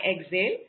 exhale